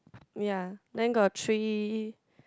ya then got three